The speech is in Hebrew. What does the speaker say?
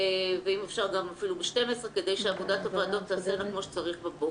ואם אפשר אפילו ב-24:00 כדי שעבודת הוועדות תיעשה כמו שצריך בבוקר.